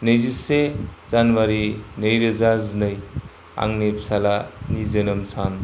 नैजिसे जानुवारि नैरोजा जिनै आंनि फिसाज्लानि जोनोम सान